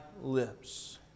lips